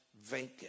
Vacant